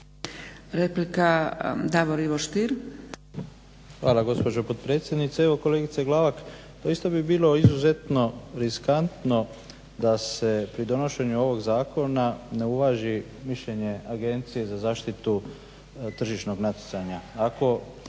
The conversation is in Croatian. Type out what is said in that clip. **Stier, Davor Ivo (HDZ)** Hvala gospođo potpredsjednice. Evo kolegice Glavak isto bi bilo izuzetno riskantno da se pri donošenju ovog zakona ne uvaži mišljenje Agencije za zaštitu tržišnog natjecanja.